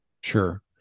Sure